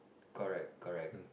correct correct